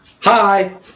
hi